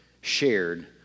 shared